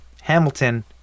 Hamilton